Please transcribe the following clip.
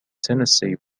tennessee